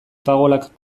pagolak